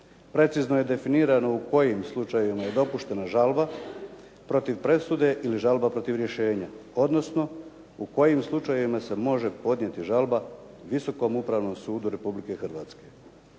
Precizno je definirano u kojim slučajevima je dopuštena žalba protiv presude ili žalba protiv rješenja, odnosno u kojim slučajevima se može podnijeti žalba Visokom upravnom sudu Republike Hrvatske.